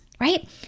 right